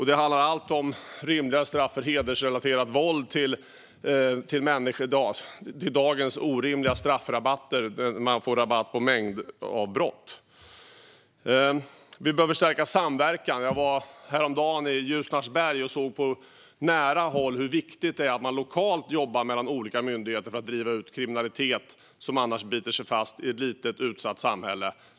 Det handlar om allt från rimliga straff för hedersrelaterat våld till dagens orimliga straffrabatter utifrån mängden brott. Vi behöver stärka samverkan. Jag var häromdagen i Ljusnarsberg och såg på nära håll hur viktigt det är att man lokalt jobbar mellan olika myndigheter för att driva ut kriminalitet som annars biter sig fast i ett litet, utsatt samhälle.